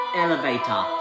elevator